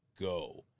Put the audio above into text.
go